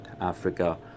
Africa